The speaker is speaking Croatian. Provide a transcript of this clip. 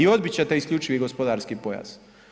I odbit ćete isključivi gospodarski pojas?